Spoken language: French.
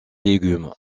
légumes